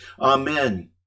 Amen